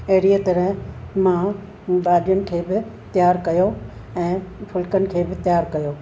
अहिड़ीअ तरहि मां भाॼियुनि खे बि तयारु कयो ऐं फुल्कनि खे बि तयारु कयो